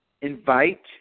invite